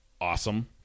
Awesome